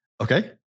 Okay